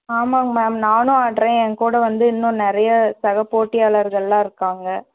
ஆமாம்ங்க மேம் நானும் ஆடுறேன் என் கூட வந்து இன்னும் நிறைய சக போட்டியாளர்கள் எல்லாம் இருக்காங்க